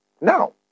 Now